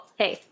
hey